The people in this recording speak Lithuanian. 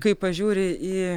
kai pažiūri į